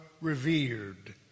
revered